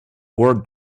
word